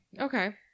Okay